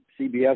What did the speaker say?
CBS